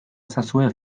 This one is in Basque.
ezazue